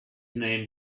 name